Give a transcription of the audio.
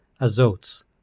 Azotes